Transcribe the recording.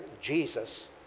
Jesus